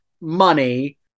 money